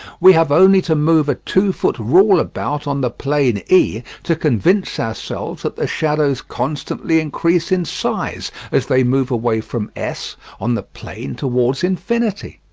we have only to move a two-foot rule about on the plane e to convince ourselves that the shadows constantly increase in size as they move away from s on the plane towards infinity.